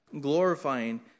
glorifying